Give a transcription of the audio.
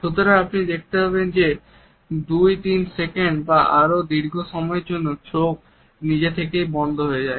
সুতরাং আপনি দেখতে পাবেন যে দুই তিন সেকেন্ড বা আরো দীর্ঘ সময়ের জন্য চোখ নিজে থেকেই বন্ধ হয়ে যায়